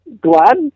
Glad